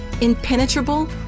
impenetrable